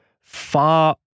far